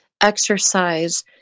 exercise